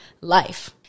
life